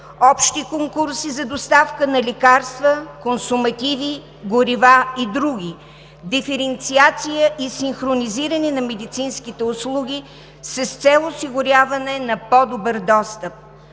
общи конкурси за доставка на лекарства, консумативи, горива и други, диференциация и синхронизиране на медицинските услуги с цел осигуряване на по-добър достъп,